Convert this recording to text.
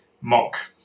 mock